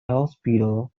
hospital